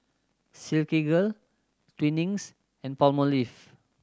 Silkygirl Twinings and Palmolive